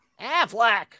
Affleck